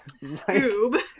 Scoob